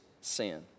sin